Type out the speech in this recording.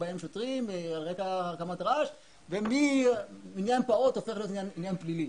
באים שוטרים על רקע הקמת רעש ועניין פעוט הופך להיות עניין פלילי.